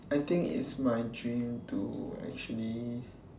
I think it's my dream to actually